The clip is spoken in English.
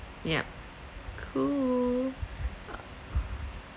yup cool